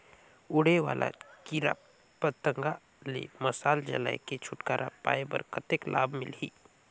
उड़े वाला कीरा पतंगा ले मशाल जलाय के छुटकारा पाय बर कतेक लाभ मिलही?